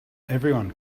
everyone